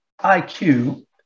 IQ